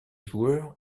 joueur